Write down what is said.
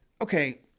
okay